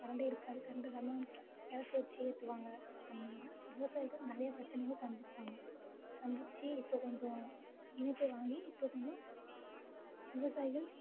கரண்டே இருக்காது கரண்ட் இல்லாமல் விளக்கை வச்சு ஏற்றுவாங்க விவசாயிகள் நிறயா பிரச்சினய சந்திப்பாங்க சந்தித்து இப்போ கொஞ்ச இனிப்பு வாங்கி இப்போ கொஞ்ச விவசாயிகள்